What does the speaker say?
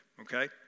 okay